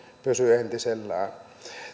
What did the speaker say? pysyy entisellään